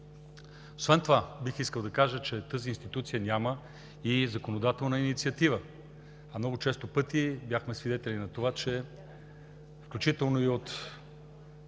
Освен това бих искал да кажа, че тази институция няма и законодателна инициатива, а много често бяхме свидетели на това, че, включително и в